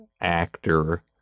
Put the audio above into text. actor